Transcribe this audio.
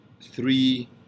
three